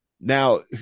now